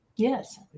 yes